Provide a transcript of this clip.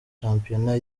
shampiona